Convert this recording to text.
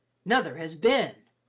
nuther has ben.